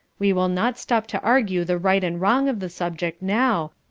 we will not stop to argue the right and wrong of the subject now,